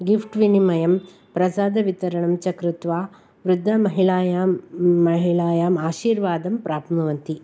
gift विनिमयं प्रसादवितरणं च कृत्वा वृद्धमाहिलायां वृद्धमहिलायाम् आशीर्वादं प्राप्नुवन्ति